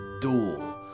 Duel